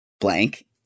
blank